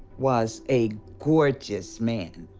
was a gorgeous man,